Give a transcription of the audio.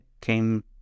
came